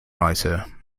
writer